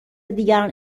دیگران